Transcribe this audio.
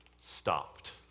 stopped